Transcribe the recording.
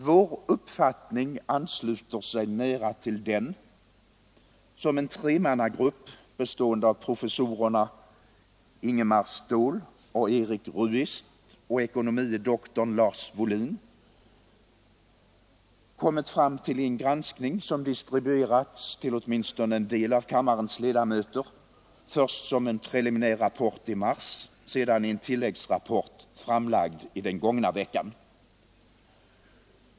Vår uppfattning ansluter sig nära till den som en tremannagrupp, bestående av professorerna Ingemar Ståhl och Erik Ruist och ekonomie doktorn Lars Wohlin, kommit fram till i en granskning, som distribuerats till åtminstone vissa av kammarens ledamöter, först som preliminär rapport i mars, sedan i en tilläggsrapport framlagd i förra veckan.